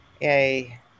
yay